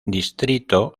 distrito